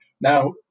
Now